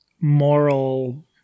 moral